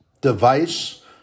device